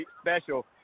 special